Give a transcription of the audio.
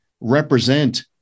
represent